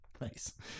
Nice